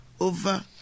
over